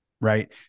Right